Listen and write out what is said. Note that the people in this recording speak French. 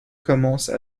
commencent